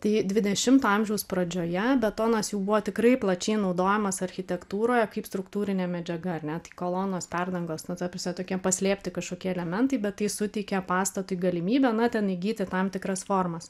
tai dvidešimto amžiaus pradžioje betonas jau buvo tikrai plačiai naudojamas architektūroje kaip struktūrinė medžiaga ar ne tai kolonos perdangos na ta prasme tokie paslėpti kažkokie elementai bet tai suteikia pastatui galimybę na ten įgyti tam tikras formas